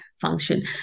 function